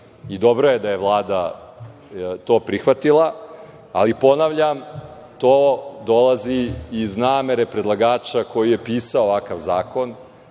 i dobro je da je Vlada to prihvatila, ali, ponavljam, to dolazi iz namere predlagača koji je pisao ovakav zakon.